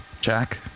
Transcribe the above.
Jack